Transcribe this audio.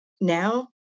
now